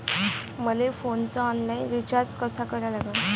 मले फोनचा online recharge कसा करा लागन?